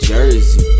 Jersey